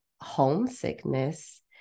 homesickness